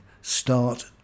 start